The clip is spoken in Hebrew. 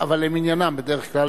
אבל למניינם, בדרך כלל.